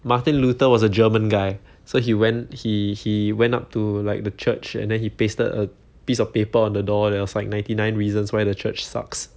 martin luther was a german guy so he went he he went up to like the church and then he pasted a piece of paper on the door there was like ninety nine reasons why the church sucks